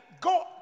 go